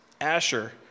Asher